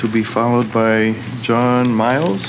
to be followed by john miles